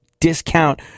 discount